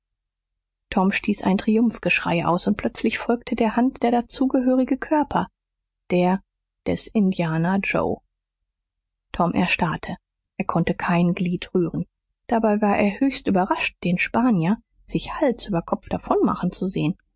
tom stieß ein triumphgeschrei aus und plötzlich folgte der hand der dazu gehörige körper der des indianer joe tom erstarrte er konnte kein glied rühren dabei war er höchst überrascht den spanier sich hals über kopf davonmachen zu sehen